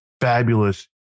fabulous